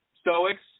Stoics